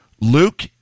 Luke